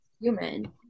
human